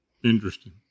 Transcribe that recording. interesting